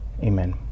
Amen